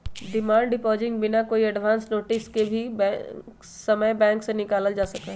demand deposit बिना कोई advance notice के कोई भी समय बैंक से निकाल्ल जा सका हई